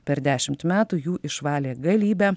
per dešimt metų jų išvalė galybę